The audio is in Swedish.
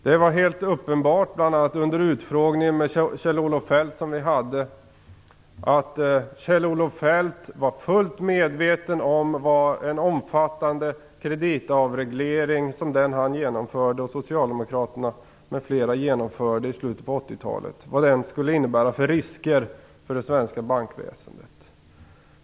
Det var helt uppenbart, bl.a. under den utfrågning vi hade med Kjell-Olof Feldt, att Kjell-Olof Feldt var fullt medveten om vad en omfattande kreditavreglering, som den han och socialdemokraterna m.fl. genomförde i slutet av 80-talet, skulle innebära för risker för det svenska bankväsendet.